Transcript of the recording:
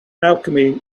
alchemy